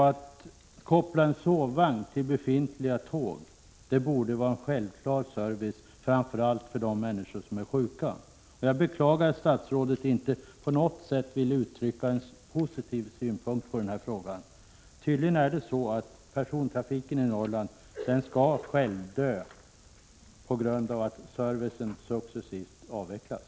Att koppla en sovvagn till befintliga tåg borde vara en självklar service, framför allt för de människor som är sjuka. Jag beklagar att statsrådet inte på något sätt vill uttrycka några positiva synpunkter på den här frågan. Tydligen är det så att persontrafiken i Norrland skall självdö genom att servicen successivt avvecklas.